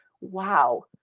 wow